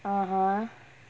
(uh huh)